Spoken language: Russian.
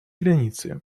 границы